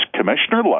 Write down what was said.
Commissioner